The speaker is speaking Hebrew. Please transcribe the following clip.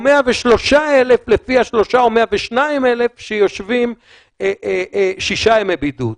103,000 או 102,000 שיושבים שישה ימי בידוד.